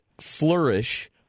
flourish